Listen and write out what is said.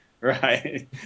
Right